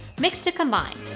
mix to combine.